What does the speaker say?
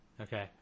okay